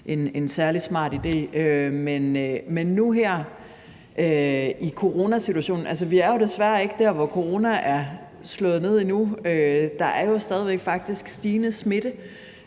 sådan en særlig smart idé. Men nu her i forhold til coronasituationen vil jeg sige: Vi er jo desværre ikke der, hvor corona er slået ned endnu. Der er jo faktisk stadig væk stigende smitte,